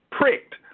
pricked